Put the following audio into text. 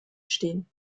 stehen